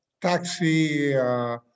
taxi